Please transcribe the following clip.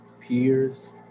peers